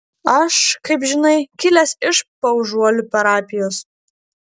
aš kaip žinai kilęs iš paužuolių parapijos